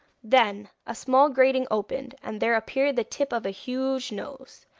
then a small grating opened, and there appeared the tip of a huge nose,